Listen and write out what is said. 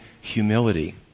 humility